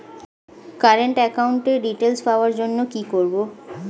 Current একাউন্টের details পাওয়ার জন্য কি করব?